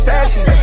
Fashion